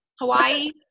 Hawaii